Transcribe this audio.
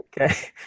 Okay